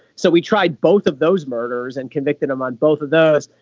so we tried both of those murders and convicted them on both of those.